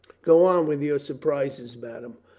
go on with your surprises, madame.